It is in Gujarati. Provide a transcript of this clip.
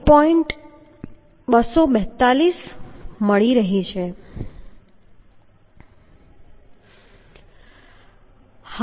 242 તરીકે શોધી શકીએ છીએ